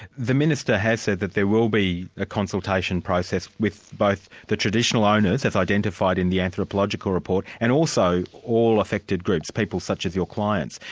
the minister has said that there will be a consultation process with both the traditional owners, as identified in the anthropological report, and also all affected groups, people such as your clients,